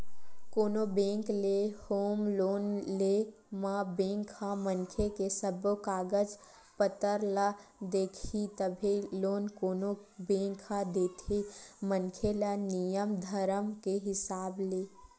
कोनो बेंक ले home loan ले म बेंक ह मनखे के सब्बो कागज पतर ल देखही तभे लोन कोनो बेंक ह देथे मनखे ल नियम धरम के हिसाब ले